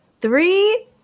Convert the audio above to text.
three